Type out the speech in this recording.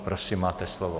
Prosím, máte slovo.